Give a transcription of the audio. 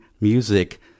music